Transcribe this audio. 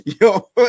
yo